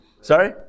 Sorry